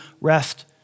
rest